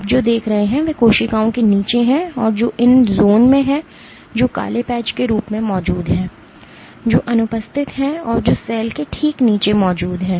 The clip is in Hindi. आप जो देख रहे हैं वह कोशिकाओं के नीचे है जो इन ज़ोन हैं जो काले पैच के रूप में मौजूद हैं जो अनुपस्थित हैं और जो सेल के ठीक नीचे मौजूद हैं